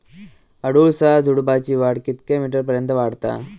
अडुळसा झुडूपाची वाढ कितक्या मीटर पर्यंत वाढता?